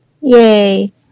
Yay